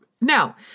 Now